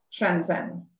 Shenzhen